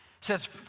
Says